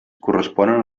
corresponen